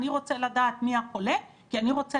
אני רוצה לדעת מי החולה כי אני רוצה